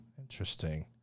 Interesting